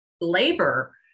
labor